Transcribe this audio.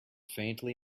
faintly